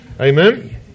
Amen